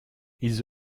ils